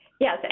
Yes